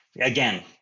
again